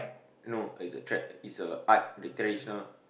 no it's a trad~ it's a art like traditional